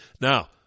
Now